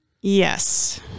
Yes